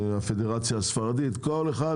הפדרציה הספרדית וכולי.